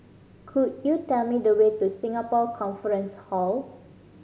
could you tell me the way to Singapore Conference Hall